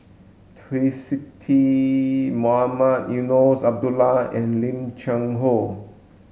Twisstii Mohamed Eunos Abdullah and Lim Cheng Hoe